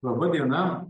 laba diena